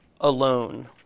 alone